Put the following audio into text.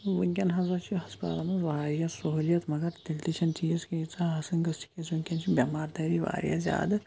وٕنکٮ۪ن ہَسا چھُ ہَسپَتالَن مَنٛز واریاہ سُہولیت مَگَر تیٚلہِ تہِ چھِنہٕ تیٖژ کینٛہہ ییٖژَہ آسٕنۍ گٔژھ تکیازِ وٕنکٮ۪ن چھِ بیٚمار دٲری واریاہ زیادٕ